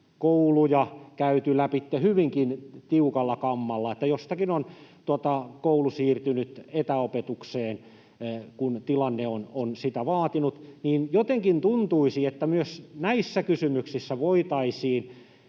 kouluja käyty lävitse hyvinkin tiukalla kammalla, ja jostakin on koulu siirtynyt etäopetukseen, kun tilanne on sitä vaatinut — niin jotenkin tuntuisi, että myös näissä kysymyksissä voitaisiin